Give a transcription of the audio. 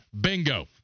Bingo